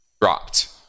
dropped